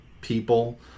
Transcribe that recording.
people